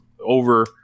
over